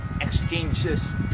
exchanges